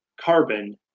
carbon